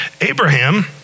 Abraham